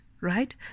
right